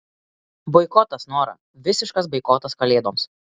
boikotas nora visiškas boikotas kalėdoms